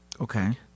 Okay